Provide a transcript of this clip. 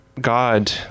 God